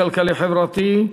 הכלכלי והחברתי.